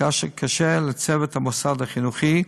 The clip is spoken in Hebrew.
מכה קשה לצוות המוסד החינוכי,